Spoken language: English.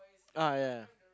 ah ya